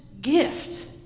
gift